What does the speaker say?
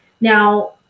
now